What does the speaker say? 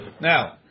Now